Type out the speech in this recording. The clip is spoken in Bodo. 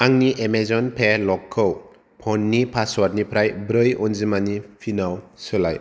आंनि एमाजन पे लकखौ फननि पासवार्डनिफ्राय ब्रै अनजिमानि पिनाव सोलाय